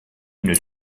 une